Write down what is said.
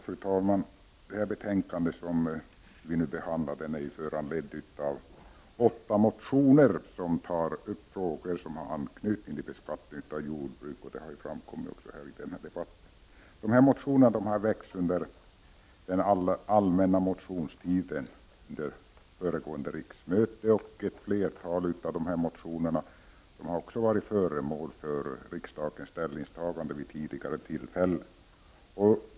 Fru talman! Det betänkande som nu behandlas är föranlett av åtta motioner, som tar upp frågor som har anknytning till beskattning av jordbruk. Motionerna har väckts under den allmänna motionstiden under föregående riksmöte. Ett flertal av dem har också varit föremål för riksdagens ställningstagande vid tidigare tillfällen.